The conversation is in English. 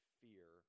fear